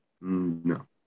No